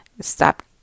stop